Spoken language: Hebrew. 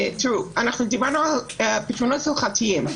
אנחנו דיברנו על פתרונות הלכתיים,